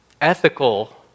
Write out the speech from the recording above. ethical